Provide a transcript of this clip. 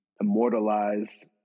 immortalized